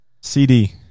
CD